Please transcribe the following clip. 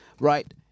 right